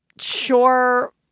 sure